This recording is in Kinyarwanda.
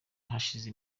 hashize